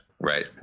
Right